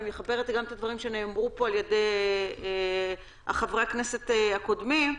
אני מחברת גם את הדברים שנאמרו פה על ידי חברי הכנסת הקודמים,